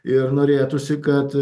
ir norėtųsi kad